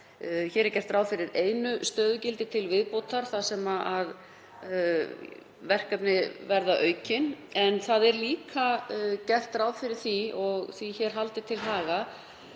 en gert er ráð fyrir einu stöðugildi til viðbótar þar sem verkefni verða aukin. En það er líka gert ráð fyrir því, og því er hér haldið til haga,